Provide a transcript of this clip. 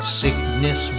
sickness